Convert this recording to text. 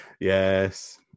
Yes